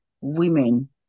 women